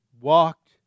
walked